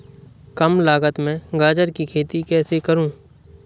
कम लागत में गाजर की खेती कैसे करूँ?